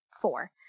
four